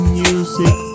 music